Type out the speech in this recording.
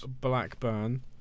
Blackburn